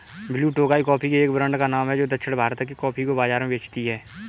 blue Tokai coffee के एक brand का नाम है जो दक्षिण भारत के कॉफी को बाजार में बेचती है